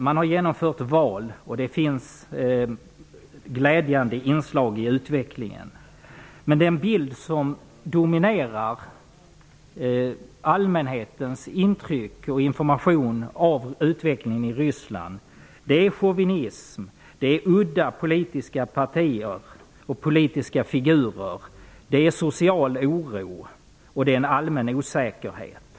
Man har genomfört val, och det finns glädjande inslag i utvecklingen. Men den bild som dominerar allmänhetens intryck av och information om utvecklingen i Ryssland är chauvinism, udda politiska partier och politiska figurer, social oro och en allmän osäkerhet.